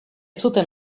zuten